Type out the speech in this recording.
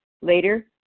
Later